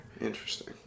Interesting